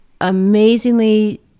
amazingly